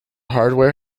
hardware